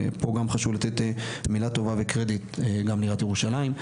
פה גם חשוב לתת מילה טובה וקרדיט לעיריית ירושלים.